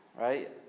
right